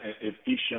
efficient